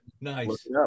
nice